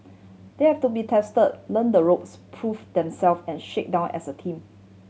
they have to be test learn the ropes prove themself and shake down as a team